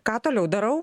ką toliau darau